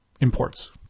imports